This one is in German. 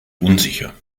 unsicher